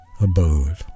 abode